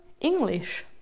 English